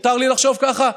מותר לי לחשוב ככה?